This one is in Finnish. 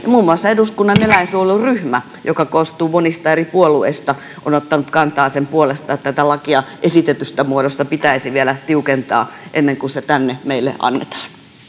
muun muassa eduskunnan eläinsuojeluryhmä joka koostuu monista eri puolueista on ottanut kantaa sen puolesta että tätä lakia esitetystä muodosta pitäisi vielä tiukentaa ennen kuin se tänne meille annetaan